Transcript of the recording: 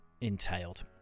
entailed